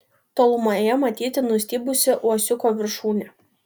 tolumoje matyti nustybusi uosiuko viršūnė